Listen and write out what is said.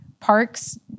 parks